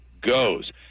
goes